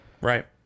right